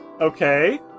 Okay